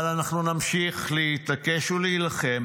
אבל אנחנו נמשיך להתעקש ולהילחם